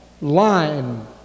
line